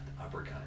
uppercut